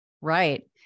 right